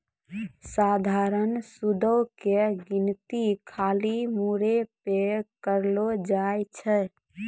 सधारण सूदो के गिनती खाली मूरे पे करलो जाय छै